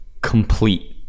complete